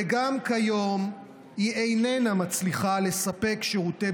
וגם כיום היא איננה מצליחה לספק שירותי